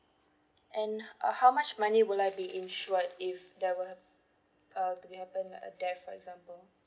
and uh how much money will I be insured if there wa~ uh to be happen a death for example